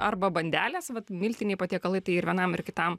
arba bandelės vat miltiniai patiekalai tai ir vienam ir kitam